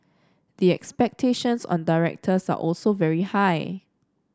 the expectations on directors are also very high